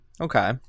Okay